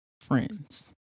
friends